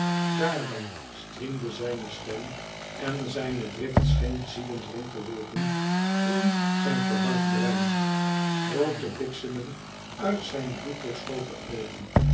daar dan striemde zijne stem en zijne drift scheen ziedend rond te wolken in zijn verward brein rood te bliksemen uit zijn bloeddoorschoten oogen